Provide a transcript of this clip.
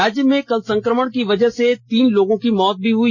राज्य में कल संकमण की वजह से तीन लोगों की मौत भी हो गई